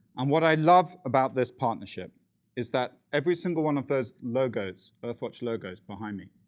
and what i love about this partnership is that every single one of those logos, earthwatch logos, behind me,